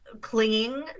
clinging